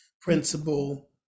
principle